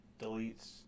deletes